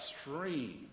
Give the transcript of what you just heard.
stream